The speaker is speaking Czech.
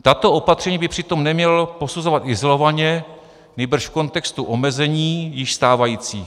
Tato opatření by přitom neměl posuzovat izolovaně, nýbrž v kontextu omezení již stávajících.